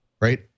right